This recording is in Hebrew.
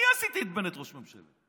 אני עשיתי את בנט ראש ממשלה.